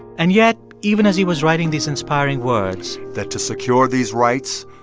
and yet, even as he was writing these inspiring words. that to secure these rights.